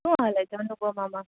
શું હાલે છે અનુપમામાં